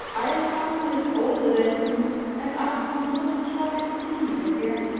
i am some years older than you and ask you not to try to see me again.